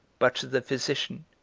but to the physician.